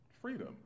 freedom